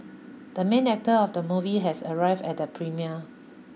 the main actor of the movie has arrived at the premiere